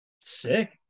sick